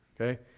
okay